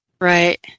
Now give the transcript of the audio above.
Right